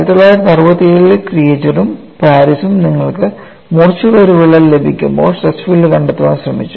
1967 ൽ ക്രിയേജറും പാരീസൂം നിങ്ങൾക്ക് മൂർച്ചയുള്ള ഒരു വിള്ളൽ ലഭിക്കുമ്പോൾ സ്ട്രെസ് ഫീൽഡ് കണ്ടെത്താൻ ശ്രമിച്ചു